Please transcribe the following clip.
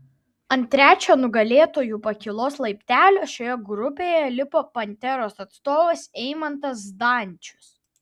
ant trečio nugalėtojų pakylos laiptelio šioje grupėje lipo panteros atstovas eimantas zdančius